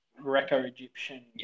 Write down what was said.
Greco-Egyptian